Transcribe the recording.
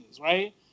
right